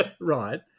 right